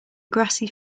grassy